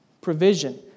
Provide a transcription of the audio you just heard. provision